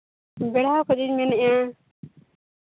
ᱠᱷᱚᱱᱤᱧ ᱢᱮᱱᱮᱫᱼᱟ